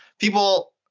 people